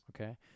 Okay